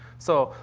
so,